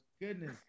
goodness